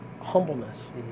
humbleness